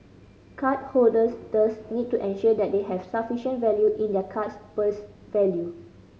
card holders thus need to ensure that they have sufficient value in their card's purse value